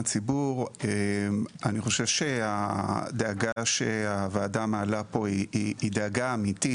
אני חושב שהדאגה שהוועדה מעלה פה היא דאגה אמיתית.